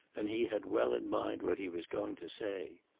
and he had well in mind what he was going to say.